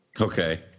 Okay